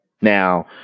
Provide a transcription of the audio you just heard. Now